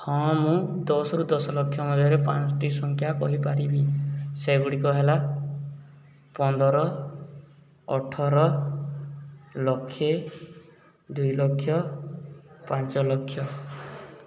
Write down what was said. ହଁ ମୁଁ ଦଶରୁ ଦଶ ଲକ୍ଷ ମଧ୍ୟରେ ପାଞ୍ଚଟି ସଂଖ୍ୟା କହିପାରିବି ସେଗୁଡ଼ିକ ହେଲା ପନ୍ଦର ଅଠର ଲକ୍ଷେ ଦୁଇ ଲକ୍ଷ ପାଞ୍ଚ ଲକ୍ଷ